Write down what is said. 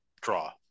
draw